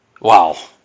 Wow